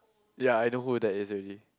ya I know who that is already